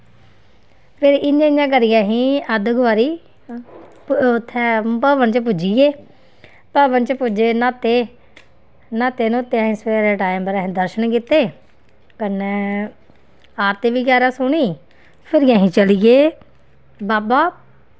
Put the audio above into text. फिर इ'यां इ'यां करियै अस अद्ध कवारी ते उत्थें भवन च पुज्जी गे भवन च पुज्जे न्हाते न्हाते न्हूते असें सवेरे टाइम पर असें दर्शन कीते कन्नै आरती बगैरा सुनी फिर अस चली गे बाबा